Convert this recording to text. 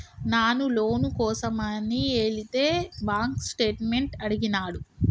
నాను లోను కోసమని ఎలితే బాంక్ స్టేట్మెంట్ అడిగినాడు